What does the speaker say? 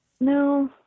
no